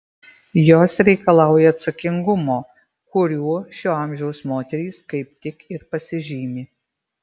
jos reikalauja atsakingumo kuriuo šio amžiaus moterys kaip tik ir pasižymi